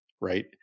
right